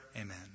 Amen